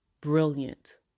Brilliant